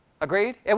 Agreed